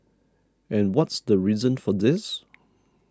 and what's the reason for this